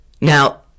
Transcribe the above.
Now